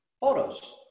photos